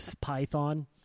python